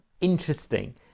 interesting